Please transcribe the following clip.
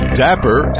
dapper